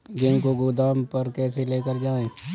गेहूँ को गोदाम पर कैसे लेकर जाएँ?